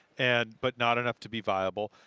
and but not enough to be viable.